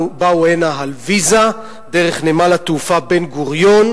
באו הנה על ויזה דרך נמל התעופה בן-גוריון,